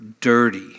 dirty